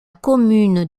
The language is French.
commune